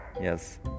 yes